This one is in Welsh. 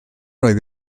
oedd